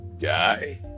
Guy